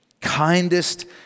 kindest